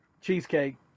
Cheesecake